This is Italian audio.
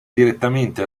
direttamente